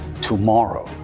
tomorrow